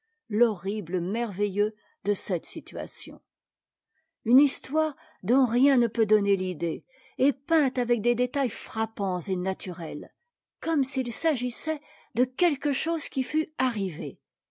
t'horribie merveilleux de cettè situation une histoire dont rien ne peut donner l'idée est peinte avec des détaiis frappants et naturels comme s'il s'agissait de quelque chose qui fût arrivé